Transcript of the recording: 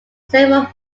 several